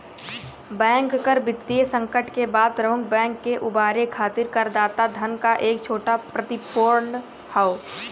bank कर वित्तीय संकट के बाद प्रमुख बैंक के उबारे खातिर करदाता धन क एक छोटा प्रतिपूर्ति हौ